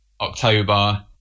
October